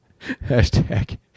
Hashtag